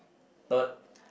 third